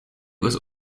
was